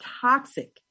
toxic